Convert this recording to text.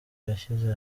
yashyize